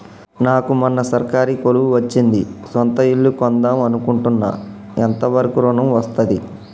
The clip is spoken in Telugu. నాకు మొన్న సర్కారీ కొలువు వచ్చింది సొంత ఇల్లు కొన్దాం అనుకుంటున్నా ఎంత వరకు ఋణం వస్తది?